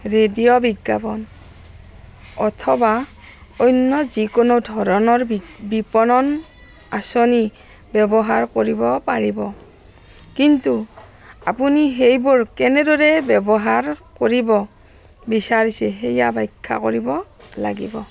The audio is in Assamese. ৰেডিঅ' বিজ্ঞাপন অথবা অন্য যিকোনো ধৰণৰ বিপণন আঁচনি ব্যৱহাৰ কৰিব পাৰিব কিন্তু আপুনি সেইবোৰ কেনেদৰে ব্যৱহাৰ কৰিব বিচাৰিছে সেয়া বাখ্যা কৰিব লাগিব